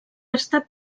estat